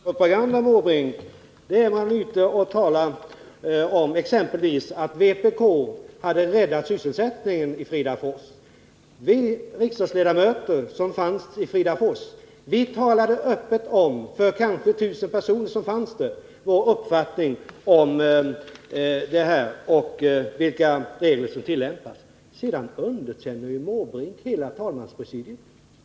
Fru talman! Buskpropaganda, Bertil Måbrink, det är när vpk är ute och talar om att vpk exempelvis skulle ha räddat sysselsättningen i Fridafors. Vi riksdagsledamöter som var i Fridafors talade öppet om för de kanske tusen personer som fanns där vilken uppfattning vi hade i den här frågan och vilka regler som tillämpas. Sedan underkänner Bertil Måbrink hela talmanspresidiet.